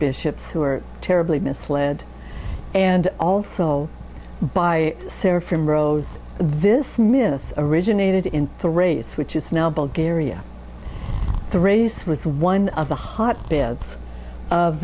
bishops who were terribly misled and also by sarah from rose this myth originated in the race which is now bulgaria the race was one of the hotbeds of